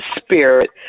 spirit